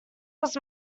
was